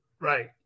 Right